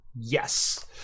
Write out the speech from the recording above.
Yes